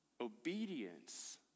Obedience